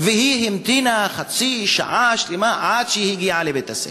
היא המתינה חצי שעה שלמה עד שהגיעה לבית-הספר.